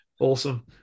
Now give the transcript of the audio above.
Awesome